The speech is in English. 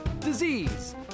disease